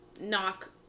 knock